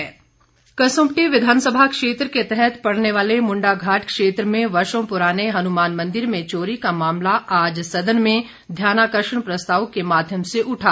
ध्यानाकर्षण प्रस्ताव कसुम्पटी विधानसभा क्षेत्र के तहत पड़ने वाले मुंडाघाट क्षेत्र में वर्षों पुराने हनुमान मंदिर में चोरी का मामला आज सदन में ध्यानाकर्षण प्रस्ताव के माध्यम से उठा